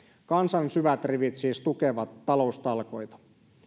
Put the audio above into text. kansan syvät rivit siis tukevat taloustalkoita